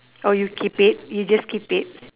oh you keep it you just keep it